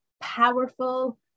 powerful